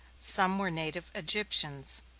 some were native egyptians.